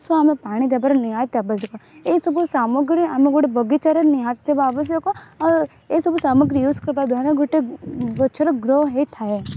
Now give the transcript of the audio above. show ଆମେ ପାଣି ଦେବାର ନିହାତି ଆବଶ୍ୟକ ଏହିସବୁ ସାମଗ୍ରୀ ଆମେ ଗୋଟେ ବଗିଚାରେ ନିହାତି ଆବଶ୍ୟକ ଆଉ ଏଇସବୁ ସାମଗ୍ରୀ ୟ୍ୟୁଜ୍ କରିବା ଦ୍ୱାରା ଗୋଟେ ଗଛର ଗ୍ରୋ ହେଇଥାଏ